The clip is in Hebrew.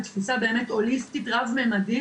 ותפוסה באמת הוליסטית רב-ממדית,